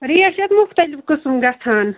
rate چھِ اَتھ مختلف قٕسم گَژھان